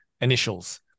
initials